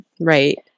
right